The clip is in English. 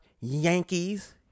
Yankees